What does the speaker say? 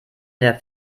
der